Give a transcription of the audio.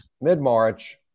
mid-March